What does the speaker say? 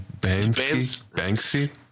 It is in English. banksy